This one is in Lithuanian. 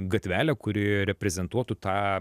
gatvelę kuri reprezentuotų tą